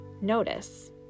Notice